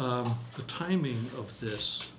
the timing of this